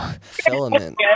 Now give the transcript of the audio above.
Filament